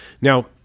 Now